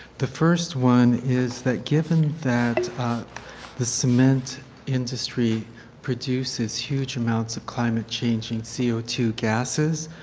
the first one is that given that the cement industry produces huge amounts of climate change and c o two gases